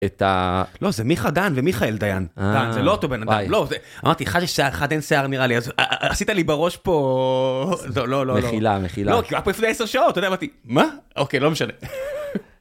את ה... לא זה מיכה גן ומיכאל דיין, זה לא אותו בן אדם, לא זה..אמרתי חד אין שיער נראה לי, אז עשית לי בראש פה, לא לא לא, מחילה מחילה, כאילו רק לפני 10 שעות, אמרתי מה? אוקיי לא משנה.